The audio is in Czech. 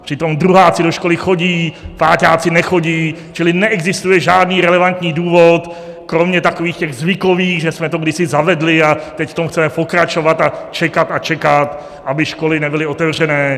Přitom druháci do školy chodí, páťáci nechodí, čili neexistuje žádný relevantní důvod kromě takových těch zvykových, že jsme to kdysi zavedli, a teď v tom chceme pokračovat a čekat a čekat, aby školy nebyly otevřené.